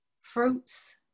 fruits